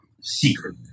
secret